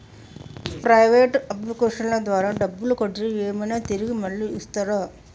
Private అప్లికేషన్ల ద్వారా డబ్బులు కడితే ఏమైనా తిరిగి మళ్ళీ ఇస్తరా?